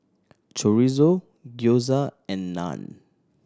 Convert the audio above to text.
Chorizo Gyoza and Naan